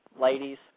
ladies